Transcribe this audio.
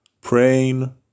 praying